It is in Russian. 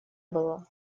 было